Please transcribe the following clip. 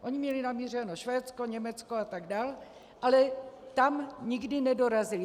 Oni měli namířeno Švédsko, Německo a tak dál, ale tam nikdy nedorazili.